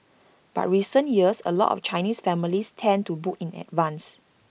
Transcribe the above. but recent years A lot of Chinese families tend to book in advance